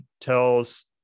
tells